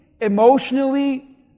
emotionally